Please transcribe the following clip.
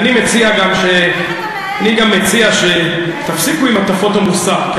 אני גם מציע שתפסיקו עם הטפות המוסר.